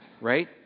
right